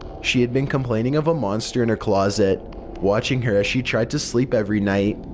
she had been complaining of a monster in her closet watching her as she tried to sleep every night,